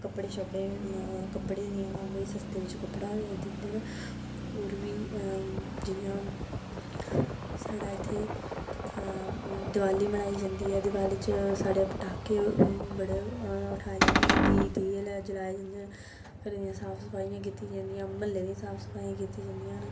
कपड़े शप्पड़े कपड़ें दियां सस्ते बिच्च कपड़ा दिंदे न होर बी जियां साढ़े इत्थें दवाली बनाई जंदी ऐ दवाली च साढ़े पटाके बड़े उठाए जंदे न दिये दिये जलाए जंदे न घरै दियां साफ सफाइयां कीतियां जंदियां न म्हल्ले दियां साफ सफाइयां कीतियां जंदियां न